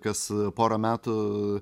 kas porą metų